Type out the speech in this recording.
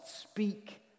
speak